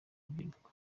rubyiruko